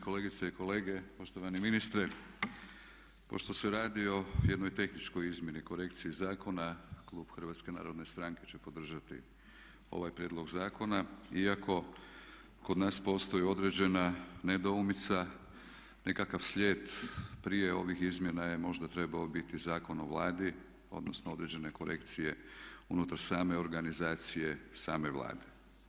Kolegice i kolege, poštovani ministre pošto se radi o jednoj tehničkoj izmjeni, korekciji zakona klub HNS-a će podržati ovaj prijedlog zakona iako kod nas postoji određena nedoumica, nikakav slijed prije ovih izmjena je možda trebao biti Zakon o Vladi odnosno određene korekcije unutar same organizacije same Vlade.